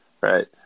Right